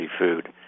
food